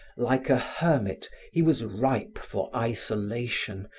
like a hermit he was ripe for isolation,